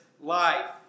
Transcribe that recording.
life